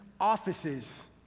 offices